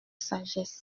sagesse